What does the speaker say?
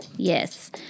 Yes